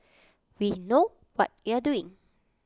we know what you are doing